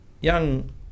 young